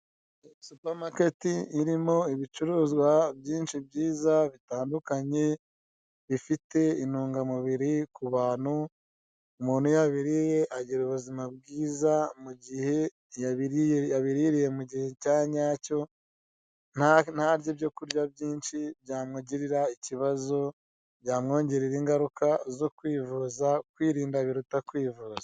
Abagabo n'abagore bari mu cyumba cy'uruganiriro gisize irange ry'umweru kirimo amatara ari kwaka, bicaye ku meza n'intebe by'umukara. Ayo meza ateretseho amazi yo mu macupa yo kunywa ndetse na mudasobwa.